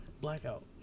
Blackout